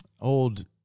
old